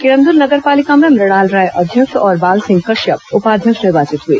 किरदल नगर पालिका में मुणाल राय अध्यक्ष और बाल सिंह कश्यप उपाध्यक्ष निर्वाचित हुए